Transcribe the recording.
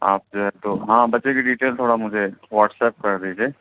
آپ جو ہے تو ہاں بچے کی ڈیٹئل تھوڑا مجھے واٹس ایپ کر دیجیے